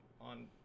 on